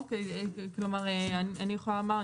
אני יכולה לומר,